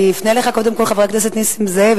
אני אפנה אליך, קודם כול, חבר הכנסת נסים זאב.